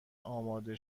آماده